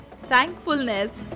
thankfulness